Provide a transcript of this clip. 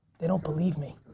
they don't believe me.